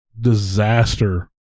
disaster